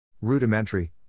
Rudimentary